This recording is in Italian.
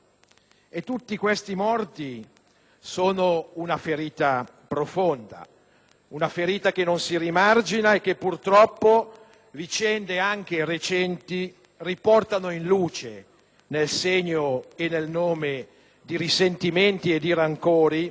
Tutti questi morti rappresentano una ferita profonda, una ferita che non si rimargina e che, purtroppo, vicende anche recenti riportano in luce nel segno e nel nome di risentimenti e di rancori: